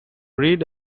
read